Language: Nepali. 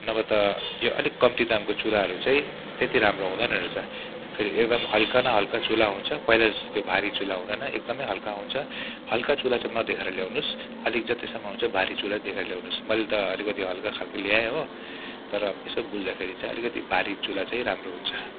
नभए त यो अलिक कम्ती दामको चुल्हाहरू चाहिँ त्यति राम्रो हुँदैन रहेछ फेरि एकदम हल्का न हल्का चुल्हा हुन्छ पहिला जस्तो त्यो भारी चुल्हा हुँदैन एकदमै हल्का हुन्छ हल्का चुल्हा चाहिँ नदेखेर ल्याउनुहोस् अलिक जतिसम्म हुन्छ भारी चुल्है देखेर ल्याउनुहोस् मैले त अलिकति हल्का खाल्को ल्याएँ हो तर यसो बुझ्दाखेरि चाहिँ अलिकति भारी चुल्हा चाहिँ राम्रो हुन्छ